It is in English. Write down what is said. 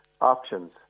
options